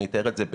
יש הבדל.